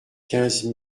quinze